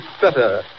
better